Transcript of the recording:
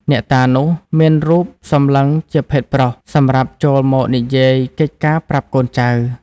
អ្នកតានោះ មានរូបសម្លឹងជាភេទប្រុស សម្រាប់ចូលមកនិយាយកិច្ចការប្រាប់កូនចៅ ។